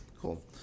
cool